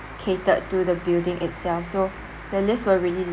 catered to the building itself so the lifts were really